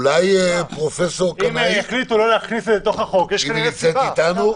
אולי פרופ' קנאי נמצאת איתנו?